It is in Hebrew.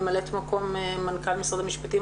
ממלאת מקום מנכ"ל משרד המשפטים,